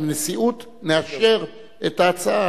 בנשיאות, נאשר את ההצעה.